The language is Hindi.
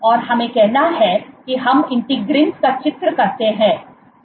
और हमें कहना है कि हम integrins का चित्र करते हैं